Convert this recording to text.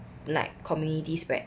like community spread